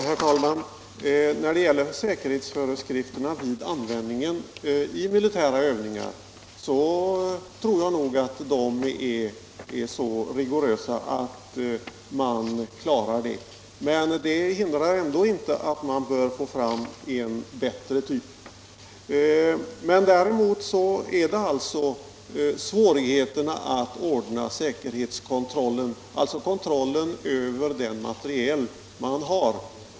Herr talman! Säkerhetsföreskrifterna vid användningen av rökhandgranater i militära övningar tror jag är så rigorösa att olyckor kan undvikas. Men det hindrar inte att man ändå bör få fram en bättre typ, av det skälet att det är svårt att upprätthålla kontrollen över den materiel man har.